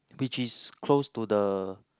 which is close to the